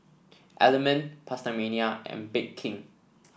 Element PastaMania and Bake King